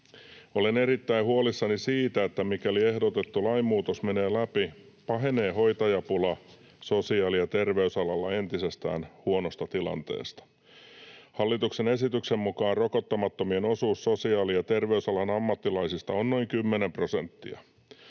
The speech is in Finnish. Olen erittäin huolissani siitä, että mikäli ehdotettu lainmuutos menee läpi, pahenee hoitajapula sosiaali- ja terveysalalla entisestään huonosta tilanteesta. Hallituksen esityksen mukaan rokottamattomien osuus sosiaali- ja terveysalan ammattilaisista on noin 10 prosenttia.